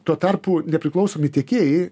tuo tarpu nepriklausomi tiekėjai